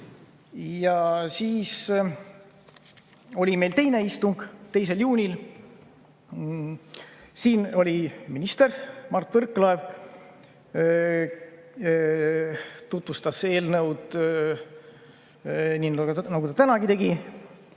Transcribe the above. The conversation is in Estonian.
siis oli meil teine istung 2. juunil. Kohal oli minister Mart Võrklaev, kes tutvustas eelnõu, nii nagu ta tänagi tegi.